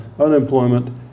unemployment